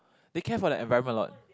they care for their environment a lot